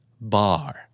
bar